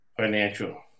Financial